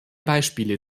beispiele